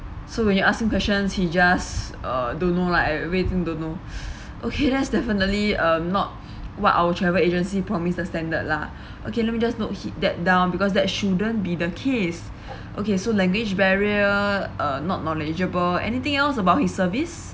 so when you ask him questions he just uh don't know lah everything don't know okay that's definitely uh not what our travel agency promises standard lah okay let me just note he that down because that shouldn't be the case okay so language barrier uh not knowledgeable anything else about his service